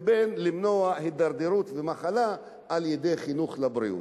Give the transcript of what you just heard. לבין מניעת הידרדרות ומחלה על-ידי חינוך לבריאות.